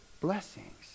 blessings